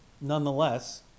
Nonetheless